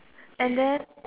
and then